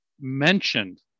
mentioned